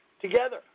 together